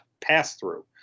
Pass-through